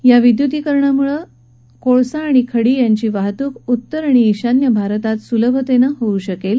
या विद्युतीकरणामुळे कोळसा खडी यांची वाहतूक उत्तर आणि ईशान्य भारतात सुलभतेनं होऊ शकेल